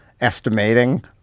estimating